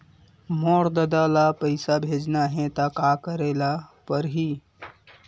मोर ददा ल पईसा भेजना हे त का करे ल पड़हि?